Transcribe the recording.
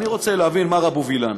אני רוצה להבין, מר אבו וילן,